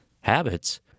Habits